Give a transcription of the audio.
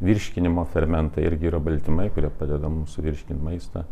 virškinimo fermentai irgi yra baltymai kurie padeda mums suvirškint maistą